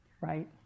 right